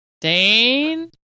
Dane